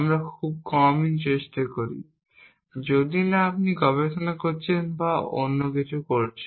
আমরা খুব কমই চেষ্টা করি যদি না আপনি গবেষণা করছেন বা অন্য কিছু করছেন